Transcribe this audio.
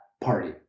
party